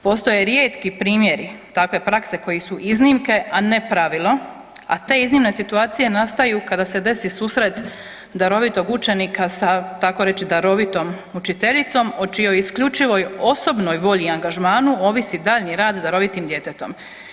Postoje rijetki primjeri takve prakse koje su iznimke a ne pravilo, a te iznimne situacije nastaju kada se desi susret darovitog učenika sa tako reći darovitom učiteljicom o čijoj isključivoj osobnoj volji i angažmanu ovisi daljnji rad sa darovitim djetetom.